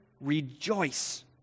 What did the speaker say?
rejoice